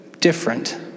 different